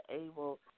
able –